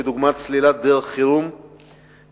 דוגמת סלילת דרך מילוט חירום נוספת,